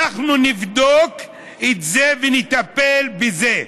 אנחנו נבדוק את זה ונטפל בזה.